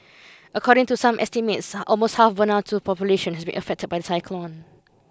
according to some estimates almost half Vanuatu's population has been affected by the cyclone